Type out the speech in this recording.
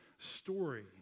story